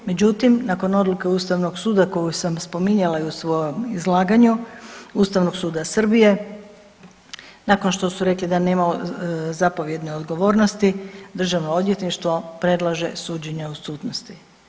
Međutim, nakon odluke Ustavnog suda koju sam spominjala i u svojem izlaganju Ustavnog suda Srbije, nakon što su rekli da nema zapovjedno odgovornosti, državno odvjetništvo predlaže suđenje u odsutnosti.